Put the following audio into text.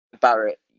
Barrett